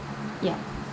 yup